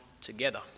together